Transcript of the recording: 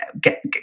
get